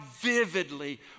vividly